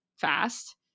fast